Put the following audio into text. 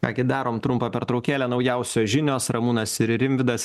ką gi darome trumpą pertraukėlę naujausios žinios ramūnas ir rimvydas